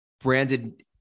branded